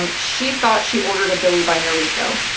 um she thought she ordered a billie by noriko.